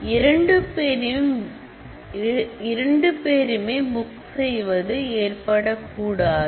இரண்டு பேருமே புக் செய்வது ஏற்படக் கூடாது